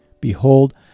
Behold